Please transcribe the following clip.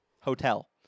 hotel